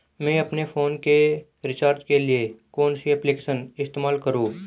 मैं अपने फोन के रिचार्ज के लिए कौन सी एप्लिकेशन इस्तेमाल करूँ?